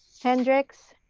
hendricks,